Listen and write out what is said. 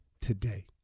today